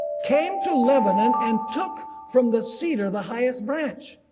came to lebanon and took from the cedar the highest branch.